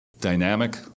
Dynamic